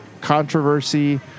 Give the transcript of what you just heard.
controversy